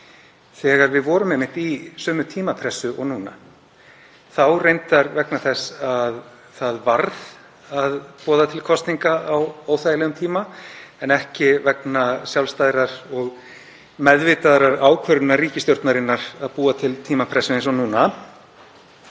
þegar við vorum einmitt í sömu tímapressu og núna. Þá reyndar vegna þess að það varð að boða til kosninga á óþægilegum tíma en ekki vegna sjálfstæðrar og meðvitaðrar ákvörðunar ríkisstjórnarinnar um að búa til tímapressu eins og núna.